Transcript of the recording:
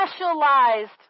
specialized